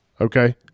Okay